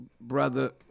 brother